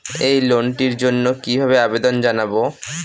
এই লোনটির জন্য কিভাবে আবেদন জানাবো?